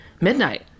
midnight